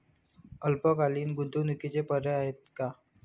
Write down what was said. अल्पकालीन गुंतवणूकीचे पर्याय आहेत का?